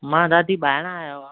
मां दादी ॿाहिरां आयो आहियां